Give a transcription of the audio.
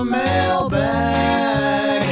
mailbag